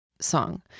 song